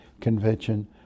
convention